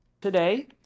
today